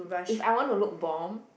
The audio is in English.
if I wanna look bombed